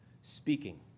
speaking